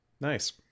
Nice